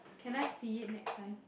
can I see it next time